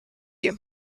you